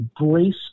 embrace